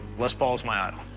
les paul is my idol.